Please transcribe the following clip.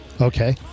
Okay